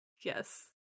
Yes